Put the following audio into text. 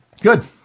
Good